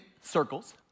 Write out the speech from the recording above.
circles